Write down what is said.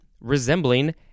resembling